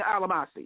Alamasi